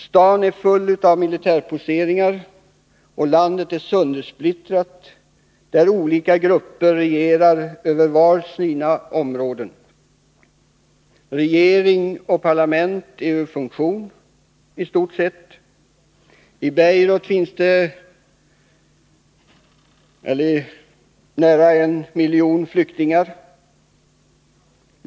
Staden är full av militärposteringar, landet är söndersplittrat och olika grupper regerar över var sina områden. Regering och parlament är i stort sett ur funktion. I Beirut finns nära en miljon flyktingar.